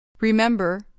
Remember